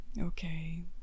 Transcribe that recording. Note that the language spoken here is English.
okay